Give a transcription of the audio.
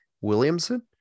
Williamson